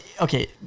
okay